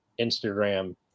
instagram